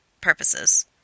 purposes